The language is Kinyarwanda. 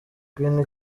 queen